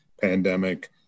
pandemic